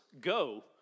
go